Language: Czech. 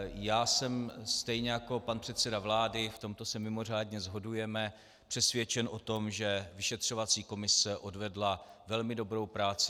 Já jsem stejně jako pan předseda vlády, v tomto se mimořádně shodujeme přesvědčen o tom, že vyšetřovací komise odvedla velmi dobrou práci.